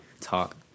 talk